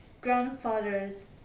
grandfather's